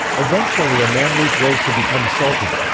eventually a mamluk rose to become sultan.